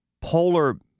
polar